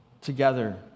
together